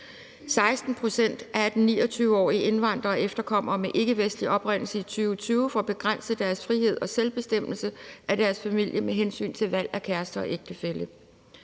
16 pct. af 18-29-årige indvandrere og efterkommere med ikkevestlig oprindelse i 2020 får begrænset deres frihed og selvbestemmelse af deres familie med hensyn til valg af kæreste og ægtefælle.